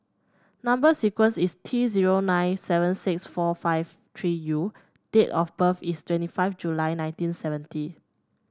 number sequence is T zero nine seven six four five three U date of birth is twenty five July nineteen seventy